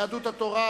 יהדות התורה,